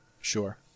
Sure